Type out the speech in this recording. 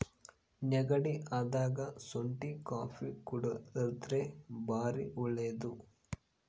ನೆಗಡಿ ಅದಾಗ ಶುಂಟಿ ಕಾಪಿ ಕುಡರ್ದೆ ಬಾರಿ ಒಳ್ಳೆದು